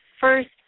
First